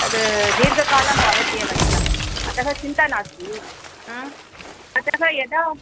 तद् दीर्धकालं भवति एव किल अतः चिन्ता नास्ति अतः यदा